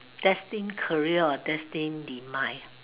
destine career or destine demise